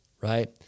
Right